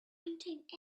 contained